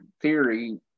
theory